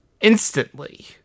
instantly